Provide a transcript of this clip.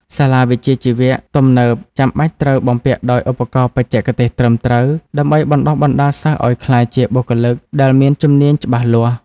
សាលាវិជ្ជាជីវៈទំនើបចាំបាច់ត្រូវបំពាក់ដោយឧបករណ៍បច្ចេកទេសត្រឹមត្រូវ ដើម្បីបណ្ដុះបណ្ដាលសិស្សឱ្យក្លាយជាបុគ្គលិកដែលមានជំនាញច្បាស់លាស់។